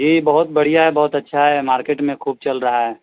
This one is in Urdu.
جی بہت بڑھیا ہے بہت اچھا ہے مارکیٹ میں خوب چل رہا ہے